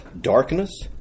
darkness